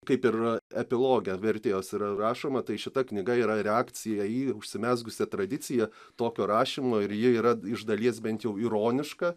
kaip ir epiloge vertėjos yra rašoma tai šita knyga yra reakcija į užsimezgusią tradiciją tokio rašymo ir ji yra iš dalies bent jau ironiška